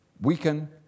weaken